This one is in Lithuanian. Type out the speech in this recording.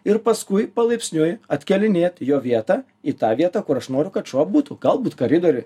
ir paskui palaipsniui atkėlinėt jo vietą į tą vietą kur aš noriu kad šuo būtų galbūt koridoriuj